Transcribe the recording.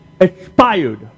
expired